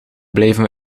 blijven